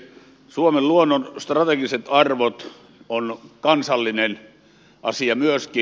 suomen luonnon strategiset arvot ovat kansallinen asia myöskin